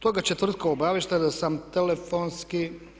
Toga četvrtka obavještena sam telefonski.